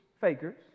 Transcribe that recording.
fakers